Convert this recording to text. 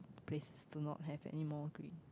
places do not have anymore green